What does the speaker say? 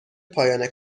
پایان